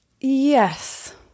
Yes